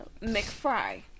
McFry